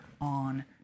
on